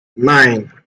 nine